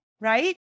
right